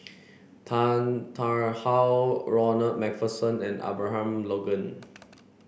Tan Tarn How Ronald MacPherson and Abraham Logan